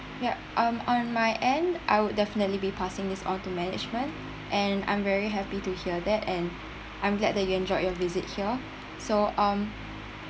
ya um on my end I would definitely be passing this on to management and I'm very happy to hear that and I'm glad that you enjoyed your visit here so um